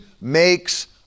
makes